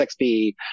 XP